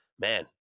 man